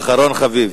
אחרון חביב.